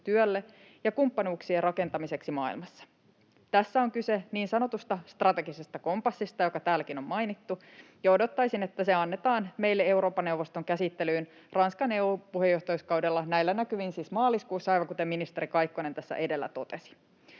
ja kumppanuuksien rakentamiseksi maailmassa. Tässä on kyse niin sanotusta strategisesta kompassista, joka täälläkin on mainittu. Odottaisin, että se annetaan meille Eurooppa-neuvoston käsittelyyn Ranskan EU-puheenjohtajuuskaudella, näillä näkymin siis maaliskuussa, aivan kuten ministeri Kaikkonen tässä edellä totesi.